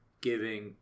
giving